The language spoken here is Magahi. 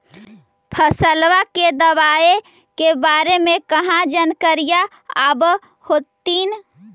फसलबा के दबायें के बारे मे कहा जानकारीया आब होतीन?